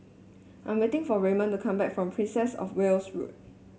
I'm waiting for Raymond to come back from Princess Of Wales Road